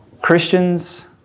Christians